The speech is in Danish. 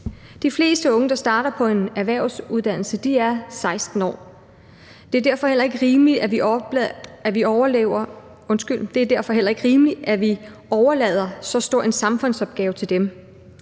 De fleste unge, der starter på en erhvervsuddannelse, er 16 år. Det er derfor heller ikke rimeligt, at vi overlader så stor en samfundsopgave til dem.